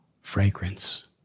fragrance